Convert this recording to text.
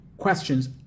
questions